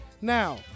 Now